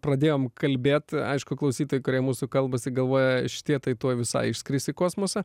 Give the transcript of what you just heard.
pradėjom kalbėt aišku klausytojai kurie mūsų kalbasi galvoja šitie tai tuoj visai išskris į kosmosą